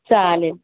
चालेल